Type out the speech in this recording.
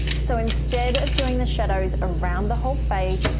so instead of doing the shadows around the whole face,